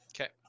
Okay